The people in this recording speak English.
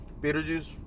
Beetlejuice